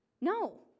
No